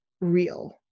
real